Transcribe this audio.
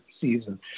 season